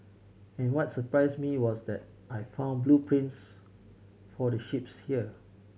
and what surprise me was that I found blueprints for the ships here